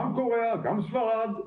גם קוריאה, גם ספרד,